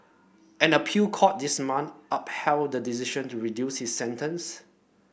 an appeal court this month upheld the decision to reduce his sentence